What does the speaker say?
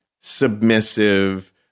submissive